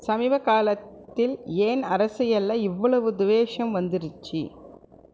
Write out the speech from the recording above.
சமீப காலத்தில் ஏன் அரசியலில் இவ்வளவு துவேஷம் வந்திருச்சு